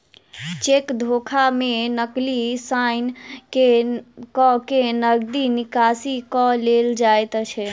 cheque धोखा मे नकली साइन क के नगदी निकासी क लेल जाइत छै